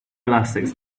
elastics